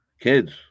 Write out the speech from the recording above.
Kids